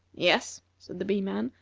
yes, said the bee-man,